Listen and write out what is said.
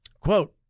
Quote